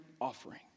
offering